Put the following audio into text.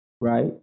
Right